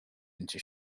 into